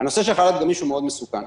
הנושא של חל"ת גמיש מסוכן מאוד.